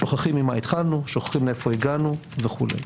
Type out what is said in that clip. שוכחים ממה התחלנו, שוכחים מאיפה הגענו וכולי.